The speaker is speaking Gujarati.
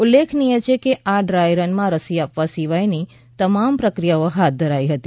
ઉલ્લેખનીય છે કે આ ડ્રાયરનમાં રસી આપવા સિવાયની તમામ પ્રક્રિયાઓ હાથ ધરાઇ હતી